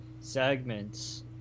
Segments